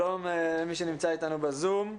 שלום למי שנמצא אתנו בזום.